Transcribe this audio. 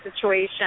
situation